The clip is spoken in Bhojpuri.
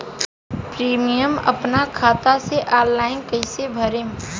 प्रीमियम अपना खाता से ऑनलाइन कईसे भरेम?